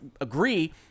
agree